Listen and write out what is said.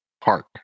Park